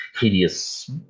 hideous